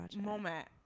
moment